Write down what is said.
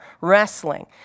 wrestling